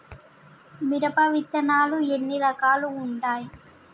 మిరప విత్తనాలు ఎన్ని రకాలు ఉంటాయి?